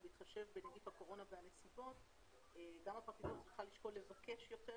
שבהתחשב בנגיף הקורונה והנסיבות גם הפרקליטות צריכה לשקול לבקש יותר